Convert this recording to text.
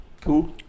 Cool